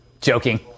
Joking